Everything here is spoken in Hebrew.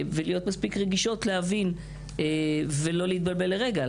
ולהיות מספיק רגישות להבין ולא להתבלבל לרגע,